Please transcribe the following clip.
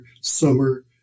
summer